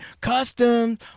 Customs